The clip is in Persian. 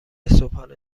صبحانه